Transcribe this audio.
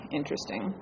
interesting